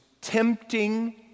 tempting